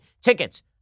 Tickets